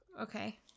okay